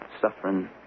suffering